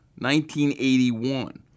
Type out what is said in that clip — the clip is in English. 1981